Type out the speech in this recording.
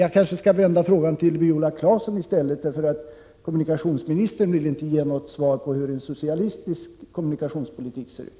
Jag kanske skall vända mig med frågan till Viola Claesson, för kommunikationsministern vill inte ge något besked om hur en socialistisk kommunikationspolitik ser ut.